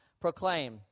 proclaim